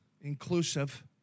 inclusive